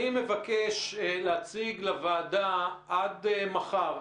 אני מבקש להציג לוועדה עד מחר,